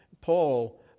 Paul